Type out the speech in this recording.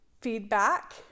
feedback